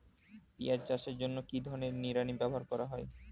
পিঁয়াজ চাষের জন্য কি ধরনের নিড়ানি ব্যবহার করা হয়?